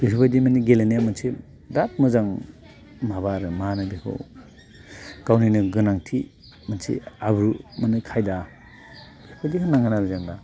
बेफोरबायदि माने गेलेनाया मोनसे बिराद मोजां माबा आरो मा होनो बेखौ गावनिनो गोनांथि मोनसे आब्रु माने खायदा बिदि होननांगोन आरो जेनेबा